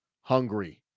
hungry